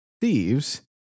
thieves